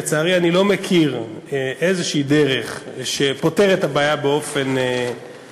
לצערי אני לא מכיר דרך כלשהי שפותרת את הבעיה באופן מוחלט,